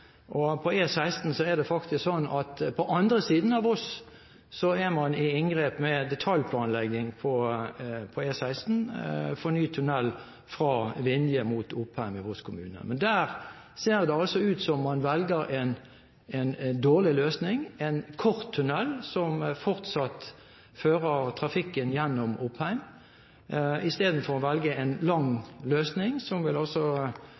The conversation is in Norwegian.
er det faktisk sånn at på andre siden av Voss er man i gang med detaljplanlegging for ny tunnel fra Vinje mot Oppheim i Voss kommune. Der ser det altså ut som om man velger en dårlig løsning, en kort tunnel, som fortsatt fører trafikken gjennom Oppheim, istedenfor å velge en lang tunnel, som altså vil